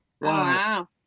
Wow